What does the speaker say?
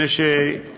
בשל